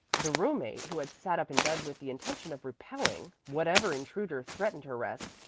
the roommate, who had sat up in bed with the intention of repelling whatever intruder threatened her rest,